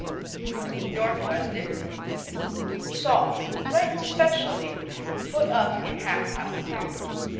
northwest italy soft, ripened specialty put up in half-pound packages.